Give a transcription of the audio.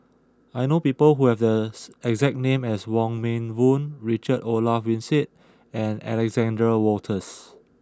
I know people who have the exact name as Wong Meng Voon Richard Olaf Winstedt and Alexander Wolters